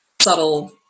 subtle